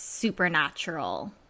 supernatural